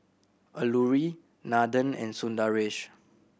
Alluri Nathan and Sundaresh